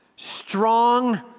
Strong